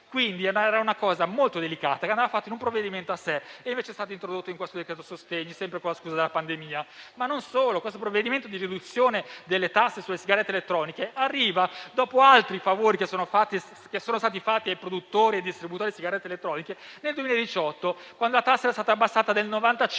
Questa è una misura molto delicata, che avrebbe dovuto essere adottata in un provvedimento a sé; invece è stata introdotta in questo decreto-legge sostegni, sempre con la scusa della pandemia. Ma non solo: questo provvedimento di riduzione delle tasse sulle sigarette elettroniche arriva dopo altri favori fatti ai produttori e ai distributori di sigarette elettroniche nel 2018, quando la tassa era stata abbassata del 95